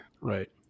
right